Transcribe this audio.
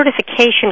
certification